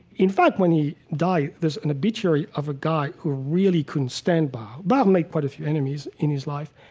in fact, when he died, there's an obituary of a guy who really couldn't stand bach. bach made quite a few enemies in his life.